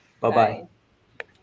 bye-bye